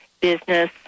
business